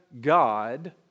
God